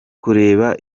kureba